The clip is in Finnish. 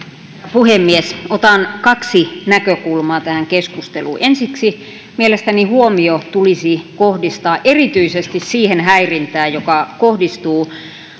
puhemies otan kaksi näkökulmaa tähän keskusteluun ensiksi mielestäni huomio tulisi kohdistaa erityisesti siihen häirintään joka kohdistuu